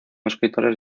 escritores